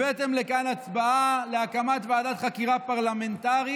הבאתם לכאן הצבעה להקמת ועדת חקירה פרלמנטרית